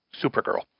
Supergirl